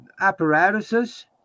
apparatuses